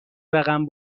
رقم